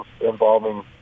involving